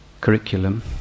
curriculum